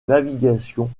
navigation